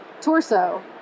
Torso